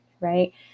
right